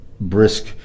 brisk